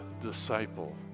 disciple